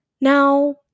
Now